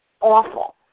awful